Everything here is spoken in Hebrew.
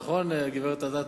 נכון, גברת אדטו?